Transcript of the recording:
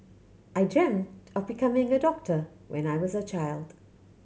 I dreamt of becoming a doctor when I was a child